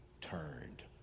turned